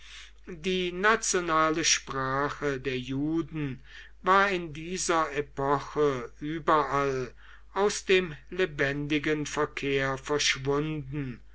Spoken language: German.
die nationale sprache der juden war in dieser epoche überall aus dem lebendigen verkehr verschwunden